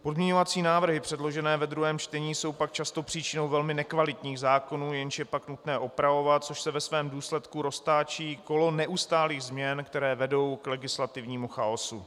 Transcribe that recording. Pozměňovací návrhy předložené ve 2. čtení jsou pak často příčinou velmi nekvalitních zákonů, jež je pak nutné opravovat, čímž se ve svém důsledku roztáčí kolo neustálých změn, které vedou k legislativnímu chaosu.